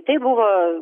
tai buvo